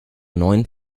neuen